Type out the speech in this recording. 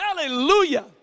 hallelujah